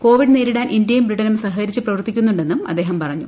Covid നേരിടാൻ ഇന്ത്യയും ബ്രിട്ടനും സഹകരിച്ച് പ്രവർത്തിക്കുന്നുള്ട്ട്ന്നും അദ്ദേഹം പറഞ്ഞു